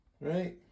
right